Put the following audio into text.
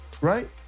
right